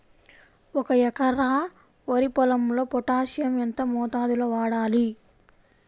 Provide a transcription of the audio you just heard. ఒక ఎకరా వరి పొలంలో పోటాషియం ఎంత మోతాదులో వాడాలి?